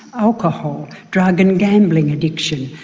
alcohol, drug and gambling addiction,